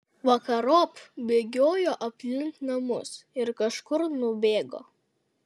vakarop bėgiojo aplink namus ir kažkur nubėgo